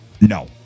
No